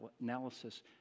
analysis